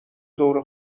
دور